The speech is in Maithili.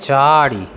चारि